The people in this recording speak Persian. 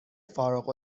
فارغ